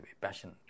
passion